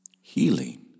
Healing